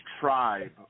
tribe